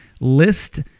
list